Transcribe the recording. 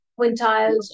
quintiles